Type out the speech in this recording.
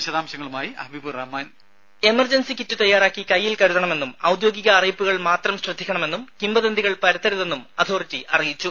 വിശദാംശങ്ങളുമായി ഹബീബ് റഹ്മാൻ ദേദ emergency kit തയ്യാറാക്കി കൈയ്യിൽ കരുതണമെന്നും ഔദ്യോഗിക അറിയിപ്പുകൾ മാത്രം ശ്രദ്ധിക്കണമെന്നും കിംവദന്തികൾ പരത്തരുതെന്നും അതോറിറ്റി അറിയിച്ചു